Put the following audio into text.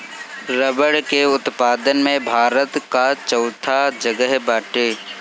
रबड़ के उत्पादन में भारत कअ चउथा जगह बाटे